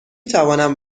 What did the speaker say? توانم